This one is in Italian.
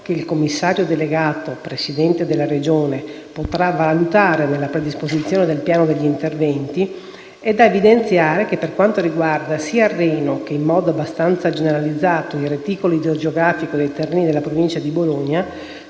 che il commissario delegato, Presidente della Regione, potrà valutare nella predisposizione del piano degli interventi, è da evidenziare che, per quanto riguarda sia il Reno che, in modo abbastanza generalizzato, il reticolo idrografico dei territori della Provincia di Bologna,